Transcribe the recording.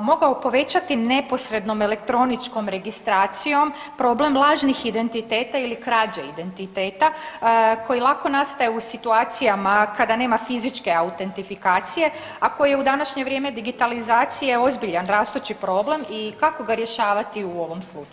mogao povećati neposrednom elektroničkom registracijom problem lažnih identiteta ili krađe identiteta koji lako nastaje u situacijama kada nema fizičke autentifikacije, a koji je u današnje vrijeme digitalizacije ozbiljan rastući problem i kako ga rješavati u ovom slučaju.